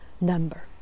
number